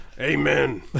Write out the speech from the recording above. Amen